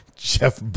Jeff